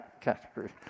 category